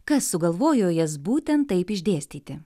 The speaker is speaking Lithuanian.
kas sugalvojo jas būtent taip išdėstyti